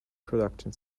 production